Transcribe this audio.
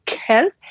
health